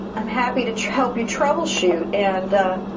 i'm happy to to help you troubleshoot, and ah,